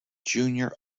junior